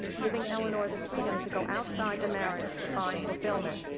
giving eleanor the freedom to go outside the marriage to find fulfillment.